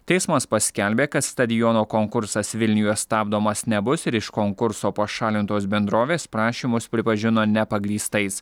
teismas paskelbė kad stadiono konkursas vilniuje stabdomas nebus ir iš konkurso pašalintos bendrovės prašymus pripažino nepagrįstais